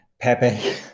Pepe